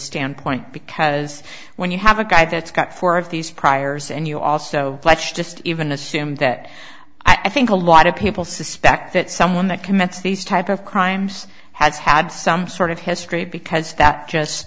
standpoint because when you have a guy that's got four of these priors and you also let's just even assume that i think a lot of people suspect that someone that commits these type of crimes has had some sort of history because that just